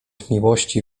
miłości